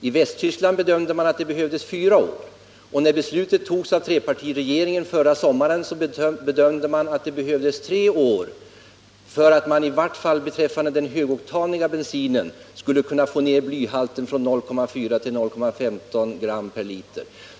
I Västtyskland bedömde man den till fyra år, och trepartiregeringen uppskattade vid sitt beslut i somras att det skulle ta tre år, i vart fall beträffande den högoktaniga bensinen, att få ned blyhalten från 0,4 till 0,15 gram per liter.